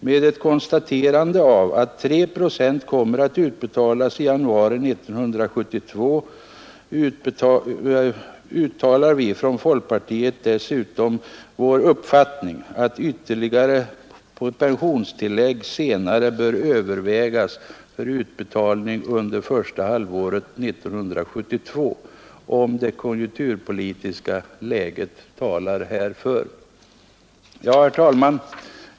Med ett konstaterande av att 3 procent kommer att utbetalas i januari 1972 uttalar vi från folkpartiet dessutom som vår uppfattning att ytterligare pensionstillägg senare bör övervägas för utbetalning under första halvåret 1972 om det konjunkturpolitiska läget talar härför. Herr talman!